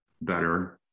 better